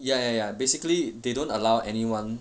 ya ya ya basically they don't allow anyone